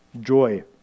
joy